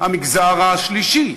המגזר השלישי,